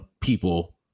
people